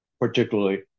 particularly